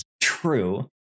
true